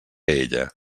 ella